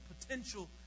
potential